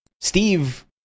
Steve